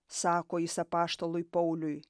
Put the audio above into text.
sako jis apaštalui pauliui